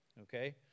Okay